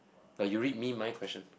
or you read me my question